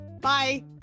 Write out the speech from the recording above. bye